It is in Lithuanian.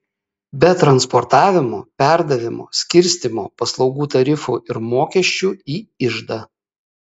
be transportavimo perdavimo skirstymo paslaugų tarifų ir mokesčių į iždą